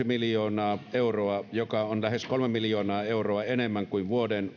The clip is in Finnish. miljoonaa euroa joka on lähes kolme miljoonaa euroa enemmän kuin vuoden